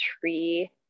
tree